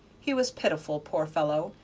he was pitiful, poor fellow,